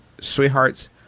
sweethearts